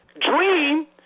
dream